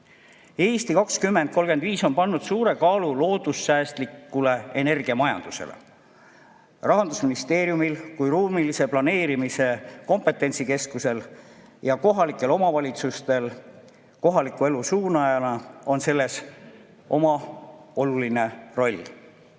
"Eesti 2035" on pannud suure kaalu loodussäästlikule energiamajandusele. Rahandusministeeriumil kui ruumilise planeerimise kompetentsikeskusel ja kohalikel omavalitsustel kohaliku elu suunajana on selles oma oluline